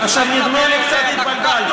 נדמה לי שקצת התבלבלת.